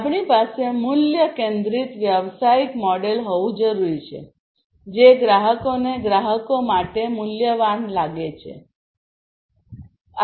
આપણી પાસે મૂલ્ય કેન્દ્રિત વ્યવસાયિક મોડેલ હોવું જરૂરી છે જે ગ્રાહકોને ગ્રાહકો માટે મૂલ્યવાન લાગે છે